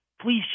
Please